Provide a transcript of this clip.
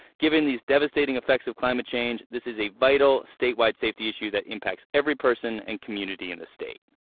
given these devastating effects of climate change, this is a vital statewide safety issue that impacts every person and community in the state.